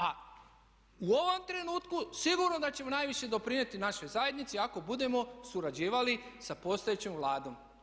A u ovom trenutku sigurno da ćemo najviše doprinijeti našoj zajednici ako budemo surađivali sa postojećom Vladom.